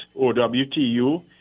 OWTU